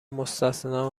مستثنی